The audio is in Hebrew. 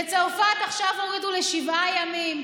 בצרפת עכשיו הורידו לשבעה ימים,